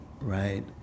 right